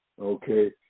okay